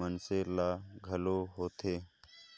मइनसे मन ल घलो होएथे